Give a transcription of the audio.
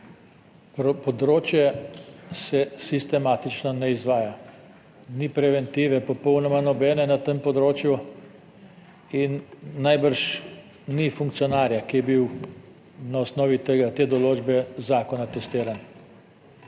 področje se sistematično ne izvaja. Ni preventive, popolnoma nobene, na tem področju in najbrž ni funkcionarja, ki je bil na osnovi tega, te določbe zakona testiran.